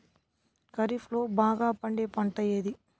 ఖరీఫ్ లో బాగా పండే పంట ఏది?